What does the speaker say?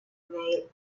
neil